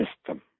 system